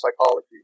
psychology